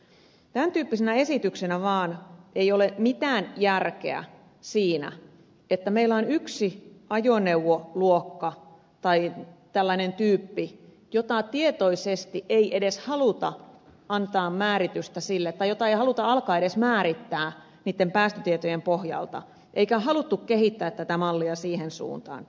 tämän tyyppisenä esityksenä vaan ei ole mitään järkeä siinä että meillä on yksi ajoneuvotyyppi jota tietoisesti ei haluta antaa määritystä sillä ajo tai alkaa edes määrittää päästötietojen pohjalta eikä haluttu kehittää tätä mallia siihen suuntaan